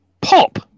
Pop